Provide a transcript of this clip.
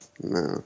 No